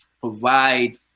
provide